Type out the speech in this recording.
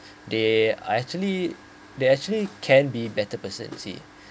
they are actually they actually can be better person you see